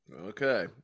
okay